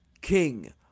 King